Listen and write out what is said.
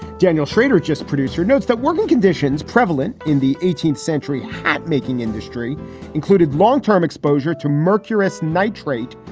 daniel shrader, just producer, notes that working conditions prevalent in the eighteenth century at making industry included long term exposure to mercury's nitrate,